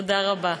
תודה רבה.